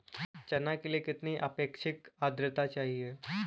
चना के लिए कितनी आपेक्षिक आद्रता चाहिए?